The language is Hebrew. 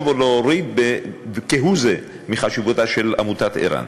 להוריד כהוא-זה מחשיבותה של עמותת ער"ן.